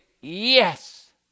yes